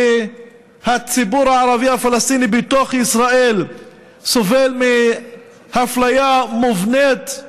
שהציבור הערבי הפלסטיני בתוך ישראל סובל מאפליה מובנית,